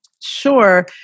Sure